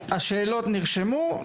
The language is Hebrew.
השאלות נרשמו,